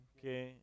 que